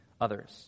others